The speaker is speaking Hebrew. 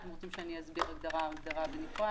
אתם רוצים שאסביר הגדרה-הגדרה בנפרד?